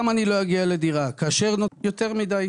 כאשר נותנים מענק של